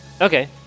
Okay